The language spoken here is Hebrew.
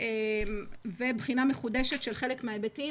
ובחינה מחודשת של חלק מההיבטים